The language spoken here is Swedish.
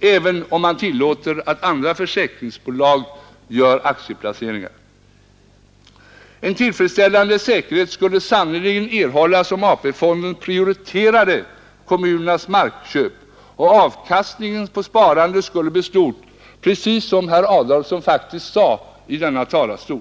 även om man nu tillåter att andra försäkringsbolag gör aktieplaceringar. En tillfredsställande säkerhet skulle sannerligen erhållas om AP-fonden prioriterade kommunernas markköp, och avkastningen på sparandet skulle bli stort, precis som herr Adamsson faktiskt sade i denna talarstol.